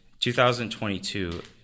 2022